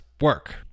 work